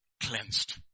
cleansed